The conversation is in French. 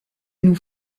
nous